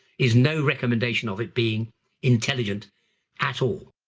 is no recommendation of it being intelligent at all.